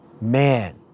man